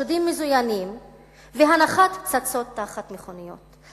מעשי שוד מזוין והנחת פצצות תחת מכוניות.